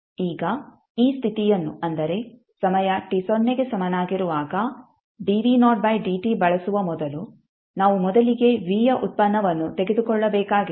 ಈಗ ಈ ಸ್ಥಿತಿಯನ್ನು ಅಂದರೆ ಸಮಯ t ಸೊನ್ನೆಗೆ ಸಮನಾಗಿರುವಾಗ ಬಳಸುವ ಮೊದಲು ನಾವು ಮೊದಲಿಗೆ v ಯ ಉತ್ಪನ್ನವನ್ನು ತೆಗೆದುಕೊಳ್ಳಬೇಕಾಗಿದೆ